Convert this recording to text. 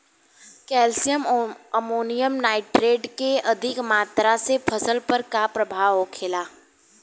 Calcium ammonium nitrate के अधिक मात्रा से फसल पर का प्रभाव होखेला?